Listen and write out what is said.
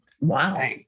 Wow